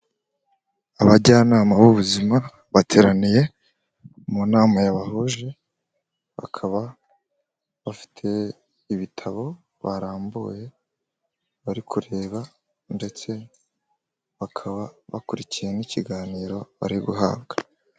Abajyanama b'ubuzima bateraniye mu nama yabahuje, bakaba bafite ibitabo barambuye bari kureba ndetse bakaba bakurikiwe n'ikiganiro bari guhabwa.